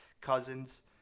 Cousins